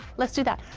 let's do that.